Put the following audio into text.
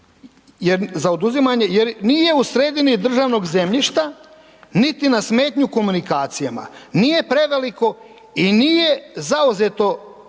jer nije u sredini državnog zemljišta niti na smetnju komunikacijama, nije preveliko i nije zauzeto